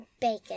bacon